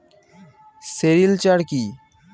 Sericulture কি?